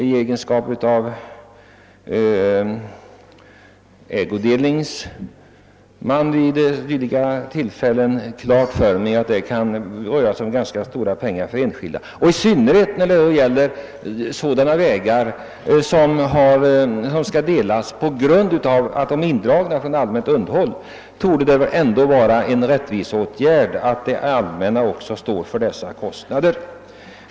I egenskap av god man vid dylika tillfällen har jag klart för mig att det kan röra sig om ganska stora belopp för enskilda. I synnerhet när det gäller sådana vägar som skall delas på grund av att de indragits från allmänt underhåll torde det vara ett rättvisekrav att det allmänna står för förrättningskostnaderna.